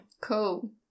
Cool